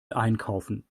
einkaufen